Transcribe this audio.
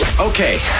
Okay